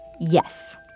Yes